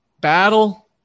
Battle